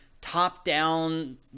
top-down